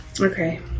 okay